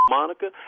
Monica